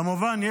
כמובן,